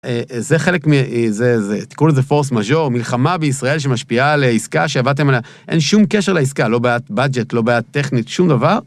זה חלק מזה, תקראו לזה force majeure, מלחמה בישראל שמשפיעה על עסקה שעבדתם עליה. אין שום קשר לעסקה, לא בעת בדג'ט, לא בעת טכנית, שום דבר.